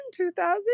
2000